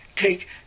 Take